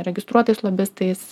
registruotais lobistais